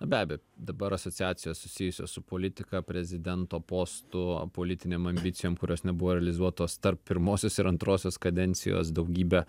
be abejo dabar asociacijos susijusios su politika prezidento postu politinėm ambicijom kurios nebuvo realizuotos tarp pirmosios ir antrosios kadencijos daugybė